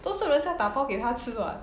都是人家打包给他吃 [what]